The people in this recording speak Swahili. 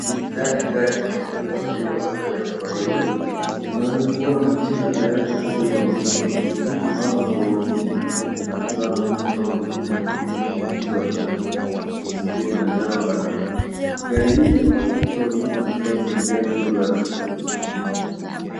Hii ni ndani ya gari la wagonjwa lilioandaliwa kwa dharura. Tunaweza kuona machela tayari kwa kubeba wagonjwa. Viti maalamu kwa wahudumu wa afya na vifaa muhimu kama mashine ya kupima shinikizo la damu, oxygen, na dawa mbalimbali. Gari hi linaweza kutoa huduma ya kwanza njiani kabla ya kufika hosipitalini.